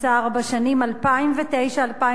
בשנים 2009 2010,